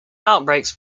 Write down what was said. outbreaks